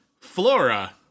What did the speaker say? Flora